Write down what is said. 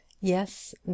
Yes